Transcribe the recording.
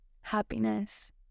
happiness